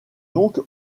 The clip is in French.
donc